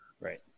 right